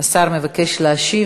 השר מבקש להשיב,